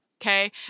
okay